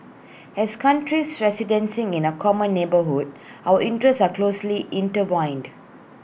as countries residing in A common neighbourhood our interests are closely intertwined